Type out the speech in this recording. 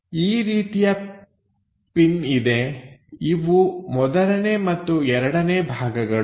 ಈ ರೀತಿಯ ಪಿನ್ ಇದೆ ಇವು ಮೊದಲನೇ ಮತ್ತು ಎರಡನೇ ಭಾಗಗಳು